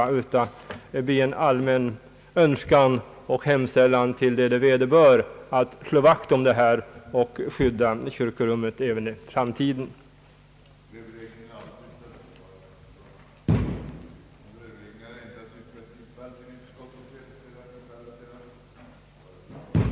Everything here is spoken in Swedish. Utskottets uttalande får i stället ses som en allmän önskan och hemställan till dem det vederbör att slå vakt om dessa värden och skydda kyrkofriden även i framtiden. Jag yrkar bifall till utskottets hemställan.